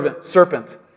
serpent